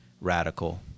radical